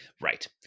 Right